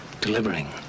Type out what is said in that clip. delivering